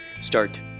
start